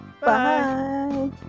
Bye